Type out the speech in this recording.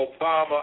Obama